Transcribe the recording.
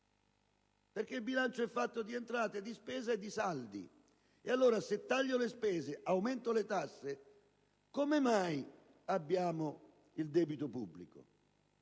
perché il bilancio è fatto di entrate, di spese e di saldi. Se si tagliano le spese e si aumentano le tasse come mai abbiamo un tale debito pubblico?